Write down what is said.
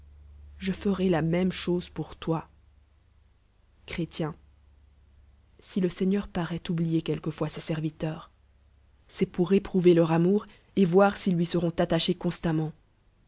je f j la même chose ponr toi chrél si le seigneur paroit ott blier quelquefois ses lerviteun c'est pour éprouver leur amour et voir ils lui seront attachés codstamiii